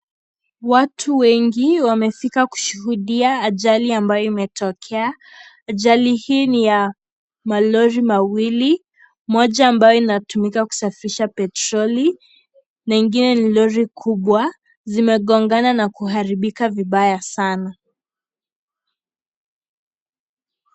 Watu wengi wamefika kushuhudia ajali amabyo imetokea. Ajali hii ni ya malori mawili, moja ambayo inatumika kusafirisha petroli na ingine ni lori kubwa, zimegongana na kuharibika vibaya sana.